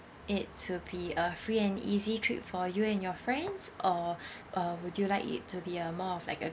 it to be a free and easy trip for you and your friends or or would you like it to be a more of like a